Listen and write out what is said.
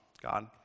god